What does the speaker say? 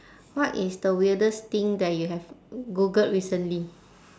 what is the weirdest thing that you have googled recently